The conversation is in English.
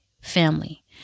family